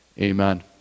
Amen